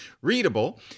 readable